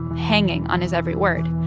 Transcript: hanging on his every word.